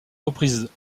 reprises